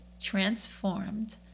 transformed